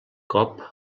cop